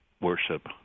worship